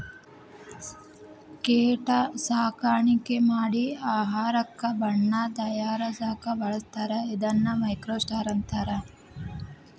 ಕೇಟಾ ಸಾಕಾಣಿಕೆ ಮಾಡಿ ಆಹಾರಕ್ಕ ಬಣ್ಣಾ ತಯಾರಸಾಕ ಬಳಸ್ತಾರ ಇದನ್ನ ಮೈಕ್ರೋ ಸ್ಟಾಕ್ ಅಂತಾರ